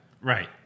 Right